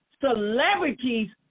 celebrities